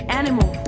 animal